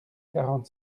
quarante